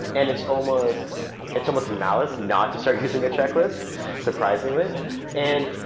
and it's almost it's almost malice not to start using a checklist surprisingly it and